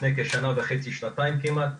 לפני כשנה וחצי, שנתיים כמעט,